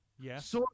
Yes